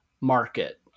market